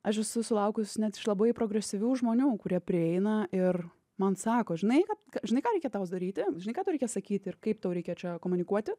aš esu sulaukusi net iš labai progresyvių žmonių kurie prieina ir man sako žinai žinai ką reikia tau daryti žinai ką tau reikia sakyti ir kaip tau reikia čia komunikuoti